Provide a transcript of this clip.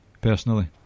personally